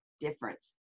difference